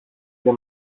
και